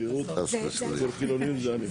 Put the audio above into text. שכירות אצל חילונים זה אני.